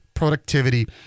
Productivity